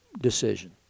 decision